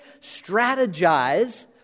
strategize